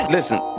Listen